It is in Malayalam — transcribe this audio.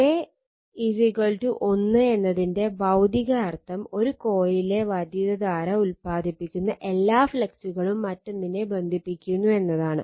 K 1 എന്നതിന്റെ ഭൌതിക അർഥം ഒരു കോയിലിലെ വൈദ്യുതധാര ഉൽപാദിപ്പിക്കുന്ന എല്ലാ ഫ്ലക്സുകളും മറ്റൊന്നിനെ ബന്ധിപ്പിക്കുന്നു എന്നതാണ്